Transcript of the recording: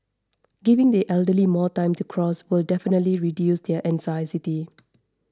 giving the elderly more time to cross will definitely reduce their anxiety